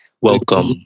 Welcome